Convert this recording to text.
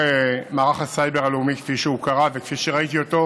מערך הסייבר הלאומי כפי שהוא קרה וכפי שראיתי אותו